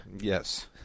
Yes